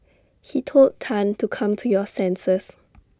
he told Tan to come to your senses